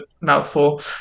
mouthful